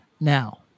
now